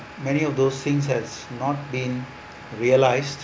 many of those things has not been realized